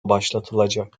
başlatılacak